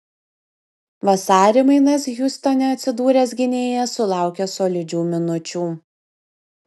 vasarį mainais hjustone atsidūręs gynėjas sulaukė solidžių minučių